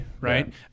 right